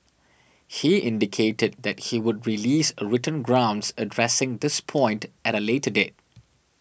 he indicated that he would release a written grounds addressing this point at a later date